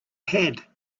had